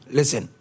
Listen